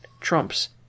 trumps